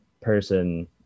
person